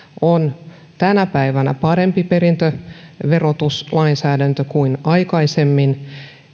on tänä päivänä parempi perintöverotuslainsäädäntö kuin aikaisemmin